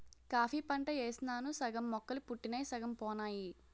coffee పంట యేసినాను సగం మొక్కలు పుట్టినయ్ సగం పోనాయి